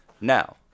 Now